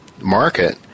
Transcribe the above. market